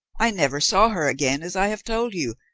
i never saw her again, as i have told you,